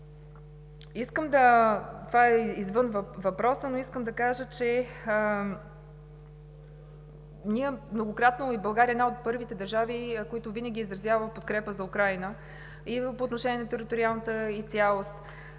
искам да кажа, че ние многократно, и България е една от първите държави, които винаги е изразявала подкрепа за Украйна и по отношение на териториалната ѝ цялост,